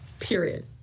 period